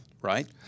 right